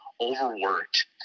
overworked